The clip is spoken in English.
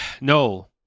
no